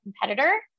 competitor